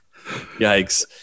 Yikes